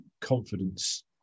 confidence